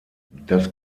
das